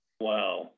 wow